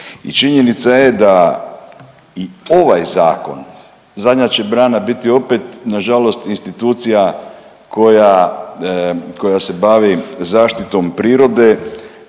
činjenica je i da ovaj zakon zadnja će brana biti opet nažalost institucija koja, koja se bavi zaštitom prirode